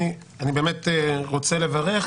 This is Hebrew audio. אני באמת רוצה לברך,